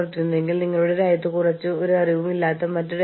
അതിനാൽ എന്തെങ്കിലും ശരിയല്ലെന്ന് തോന്നിയാൽ നമുക്ക് ഇടപെടാം